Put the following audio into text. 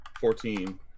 Fourteen